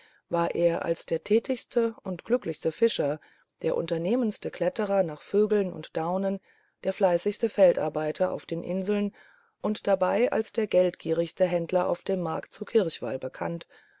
war er als der tätigste und glücklichste fischer der unternehmendste kletterer nach vögeln und daunen der fleißigste feldarbeiter auf den inseln und dabei als der geldgierigste händler auf dem markte zu kirchwall bekannt